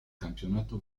campionato